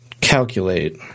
Calculate